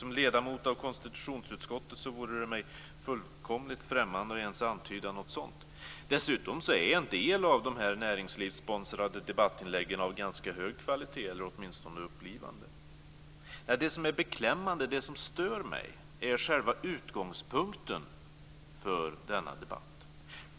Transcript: Som ledamot av konstitutionsutskottet vore det mig fullkomligt främmande att ens antyda något sådant. Dessutom är en del av de näringslivssponsrade debattinläggen av ganska hög kvalitet eller åtminstone upplivande. Det som är beklämmande, det som stör mig, är själva utgångspunkten för denna debatt.